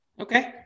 Okay